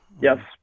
Yes